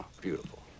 beautiful